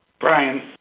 Brian